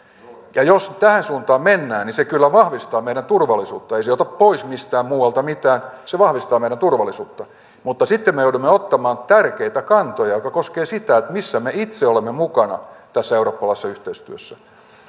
ja jos tähän suuntaan mennään niin se kyllä vahvistaa meidän turvallisuuttamme ei se ota pois mistään muualta mitään se vahvistaa meidän turvallisuuttamme mutta sitten me joudumme ottamaan tärkeitä kantoja jotka koskevat sitä missä me itse olemme mukana tässä eurooppalaisessa yhteistyössä